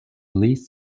least